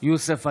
יוסף עטאונה,